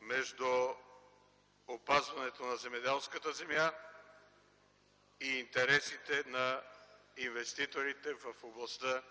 между опазването на земеделската земя и интересите на инвеститорите в областта